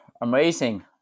amazing